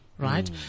Right